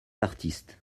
artistes